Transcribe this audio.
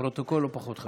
הפרוטוקול לא פחות חשוב.